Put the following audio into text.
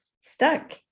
stuck